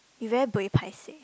you very buey paiseh